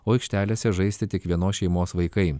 o aikštelėse žaisti tik vienos šeimos vaikai